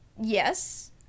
yes